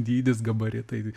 dydis gabaritai tai